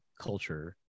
culture